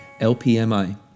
LPMI